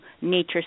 nature